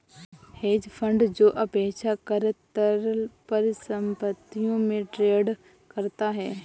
hedge fund जो अपेक्षाकृत तरल परिसंपत्तियों में ट्रेड करता है